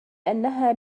أنها